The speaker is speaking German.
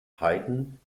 haydn